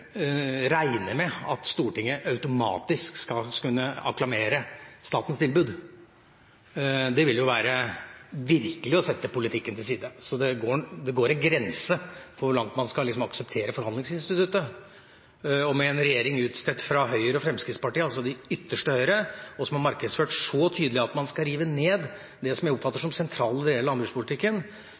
regne med at Stortinget automatisk skal kunne akklamere statens tilbud. Det ville jo virkelig være å sette politikken til side. Det går en grense for hvor langt man skal akseptere forhandlingsinstituttet. Med en regjering bestående av Høyre og Fremskrittspartiet – altså de ytterste høyre – som har markedsført så tydelig at man skal rive ned det som jeg oppfatter som det sentrale når det gjelder landbrukspolitikken,